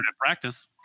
practice